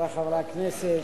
חברי חברי הכנסת,